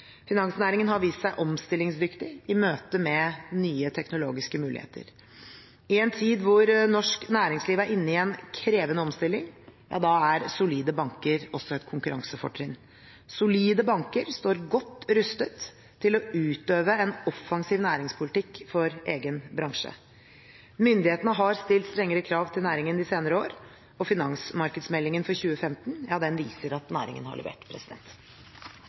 Finansnæringen har vist seg omstillingsdyktig i møte med nye teknologiske muligheter. I en tid hvor norsk næringsliv er inne i en krevende omstilling, er solide banker også et konkurransefortrinn. Solide banker står godt rustet til å utøve en offensiv næringspolitikk for egen bransje. Myndighetene har stilt strengere krav til næringen de senere år, og finansmarkedsmeldingen for 2015 viser at næringen har levert.